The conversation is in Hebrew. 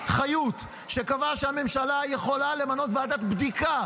כי ועדת חקירה